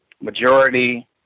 Majority